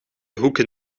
hoeken